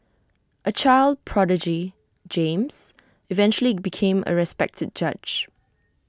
A child prodigy James eventually became A respected judge